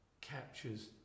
captures